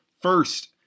First